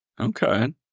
Okay